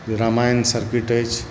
Ramayana circuit अछि